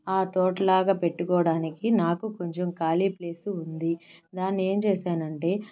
ఆ తోట లాగా పెట్టుకోవడానికి నాకు కొంచెం ఖాళీ ప్లేసు ఉంది దాన్ని ఏం చేశానంటే